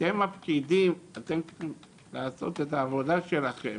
אתם הפקידים, אתם צריכים לעשות את העבודה שלכם,